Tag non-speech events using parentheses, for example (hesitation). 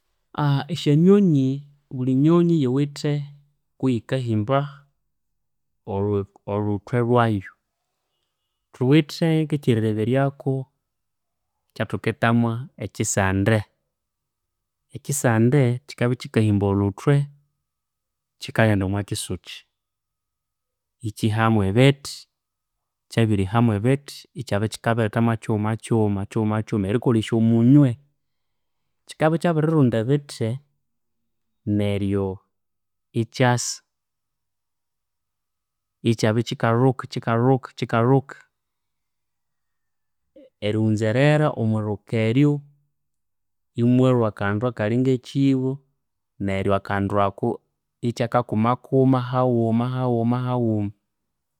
(hesitation) Esyanyonyi, buli nyonyi yiwithe kuyikahimba olhuthwe lhwayu. Thuwithe ngekyirireberyaku, ekyathuketamu ekyisande. Ekyisande kyikabya kyikahimba olhuthwe, kyikaghenda omwakyisukyi, ikyihamu ebithi. Kyabirihamu ebithi, ikyabya kyikabirethamu kyighumakyighuma erikolesya omunywe. Kyikabya kyabirirunda ebithi, neryo ikyasa, ikyabya kyikalhuka kyikalhuka kyikalhuka. Erighunzerera omwilhuka eryo imwalhwa akandu akali ngekyibo, neryo akandu aku ikyakakuma haghuma haghuma haghuma.